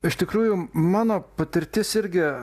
iš tikrųjų mano patirtis irgi